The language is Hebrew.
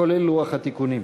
כולל לוח התיקונים.